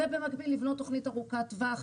ובמקביל לבנות תוכנית ארוכת טווח.